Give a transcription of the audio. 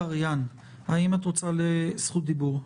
האם את רוצה זכות דיבור?